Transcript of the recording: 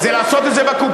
זה לעשות את זה בקופה.